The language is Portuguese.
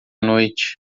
noite